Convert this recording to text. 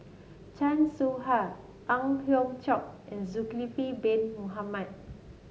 Chan Soh Ha Ang Hiong Chiok and Zulkifli Bin Mohamed